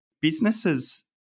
businesses